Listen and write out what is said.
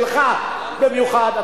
שלך במיוחד.